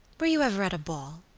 were you ever at a ball?